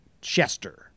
Chester